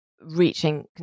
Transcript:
reaching